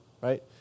right